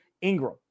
Ingram